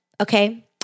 Okay